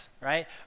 right